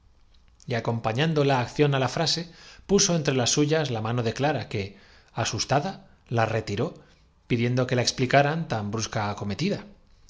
acompañando la acción á la frase puso entre las suyas la mano de clara que asustada la retiró pi diendo que la explicaran tan brusca acometida la